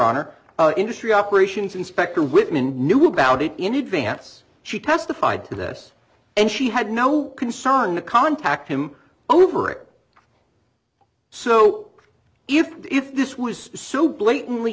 honor industry operations inspector whitman knew about it in advance she testified to this and she had no concern to contact him over it so if this was so blatantly